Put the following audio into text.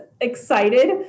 excited